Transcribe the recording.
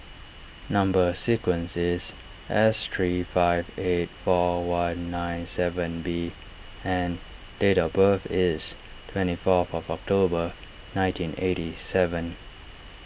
Number Sequence is S three five eight four one nine seven B and date of birth is twenty fourth of October nineteen eighty seven